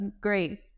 great